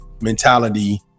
mentality